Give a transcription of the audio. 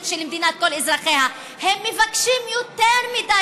של מדינת כל אזרחיה: הם מבקשים יותר מדי